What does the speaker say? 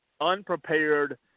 unprepared